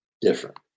different